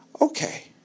okay